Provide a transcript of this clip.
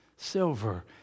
silver